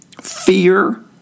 Fear